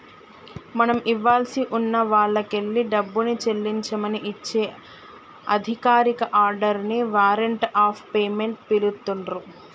మనం ఇవ్వాల్సి ఉన్న వాల్లకెల్లి డబ్బుని చెల్లించమని ఇచ్చే అధికారిక ఆర్డర్ ని వారెంట్ ఆఫ్ పేమెంట్ పిలుత్తున్రు